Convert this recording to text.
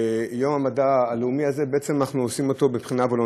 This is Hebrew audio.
את יום המדע הלאומי הזה בעצם אנחנו עושים וולונטרית.